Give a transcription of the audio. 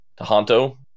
Tahanto